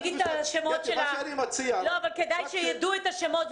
כדאי שידעו את השמות,